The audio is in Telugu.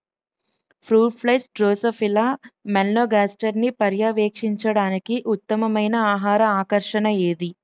ఫ్రూట్ ఫ్లైస్ డ్రోసోఫిలా మెలనోగాస్టర్ని పర్యవేక్షించడానికి ఉత్తమమైన ఆహార ఆకర్షణ ఏది?